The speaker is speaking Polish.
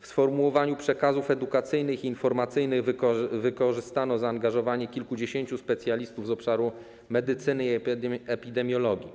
W formułowaniu przekazów edukacyjnych i informacyjnych wykorzystano zaangażowanie kilkudziesięciu specjalistów z obszaru medycyny i epidemiologii.